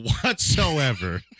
whatsoever